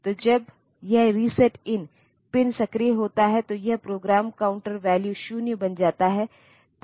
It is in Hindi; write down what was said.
तो जब यह RESET IN पिन सक्रिय होता है तो यह प्रोग्राम काउंटर वैल्यू 0 बन जाता है